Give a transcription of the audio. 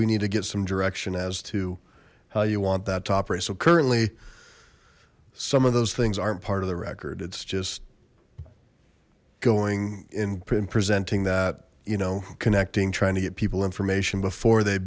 we need to get some direction as to how you want that top rate so currently some of those things aren't part of the record it's just going in presenting that you know connecting trying to get people information before they